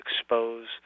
expose